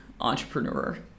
entrepreneur